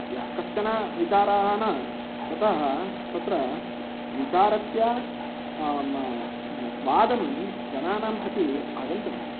यः कश्चन विचाराः न ततः तत्र विचारस्य स्वादं जनानां प्रति आगन्तव्यम्